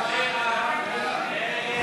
ההצעה להסיר